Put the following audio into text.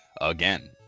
again